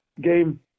game